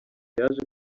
yaje